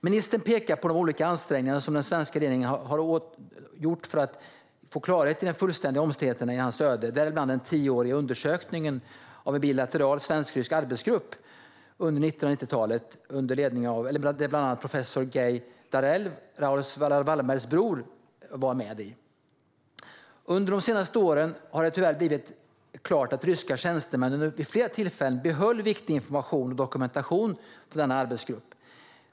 Ministern pekar på de olika ansträngningar som den svenska regeringen har gjort för att få klarhet i de fullständiga omständigheterna kring hans öde, däribland den tioåriga undersökningen av en bilateral svensk-rysk arbetsgrupp under 1990-talet där bland annat professor Guy von Dardel, Raoul Wallenbergs bror, ingick. Under de senaste åren har det tyvärr blivit klart att ryska tjänstemän vid flera tillfällen undanhöll viktig information och dokumentation från denna arbetsgrupp.